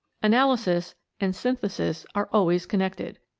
analysis and synthesis are always connected.